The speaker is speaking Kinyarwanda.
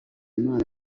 imana